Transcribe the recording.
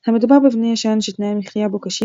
"המדובר במבנה ישן שתנאי המחיה בו קשים,